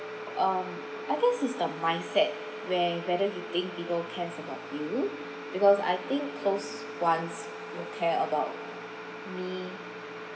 I guess it's a mindset where whether we think people cares about you because I think close ones will care about me ya which